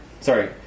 Sorry